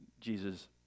Jesus